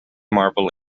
marvel